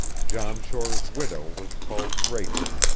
john shore's widow was called rachel.